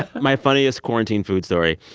my funniest quarantine food story.